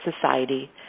society